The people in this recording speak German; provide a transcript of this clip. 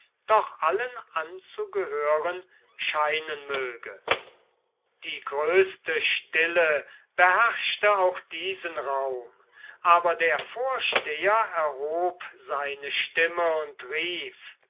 doch allen anzugehören scheinen möge die größte stille beherrschte auch diesen raum aber der vorsteher erhob seine stimme und rief